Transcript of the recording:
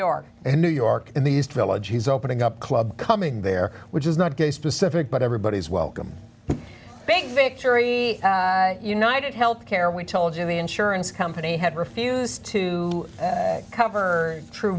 york and new york in the east village he's opening up a club coming there which is not gay specific but everybody's welcome big victory united healthcare we told you the insurance company had refused to cover tru